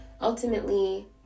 Ultimately